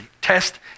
Test